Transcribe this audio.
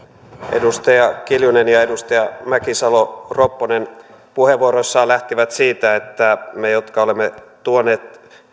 edustaja kiljunen ja edustaja mäkisalo ropponen puheenvuoroissaan lähtivät siitä että me jotka olemme tuoneet